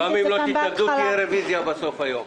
גם אם לא תתנגדו, תהיה רביזיה בסוף היום.